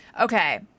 Okay